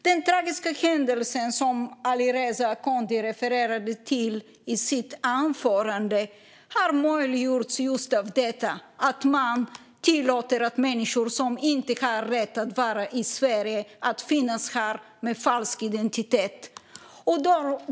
Den tragiska händelse som Alireza Akhondi refererade till i sitt anförande har möjliggjorts av just detta, det vill säga att man tillåter människor som inte har rätt att vara i Sverige att finnas här under falsk identitet.